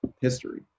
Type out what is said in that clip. history